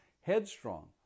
headstrong